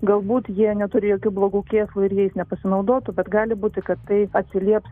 galbūt jie neturi jokių blogų kėslų ir jais nepasinaudotų bet gali būti kad tai atsilieps